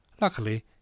Luckily